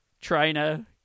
trainer